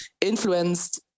influenced